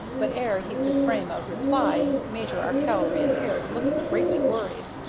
but ere he could frame a reply major arkell reappeared, looking greatly worried.